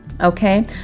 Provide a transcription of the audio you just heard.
okay